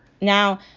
Now